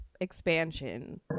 expansion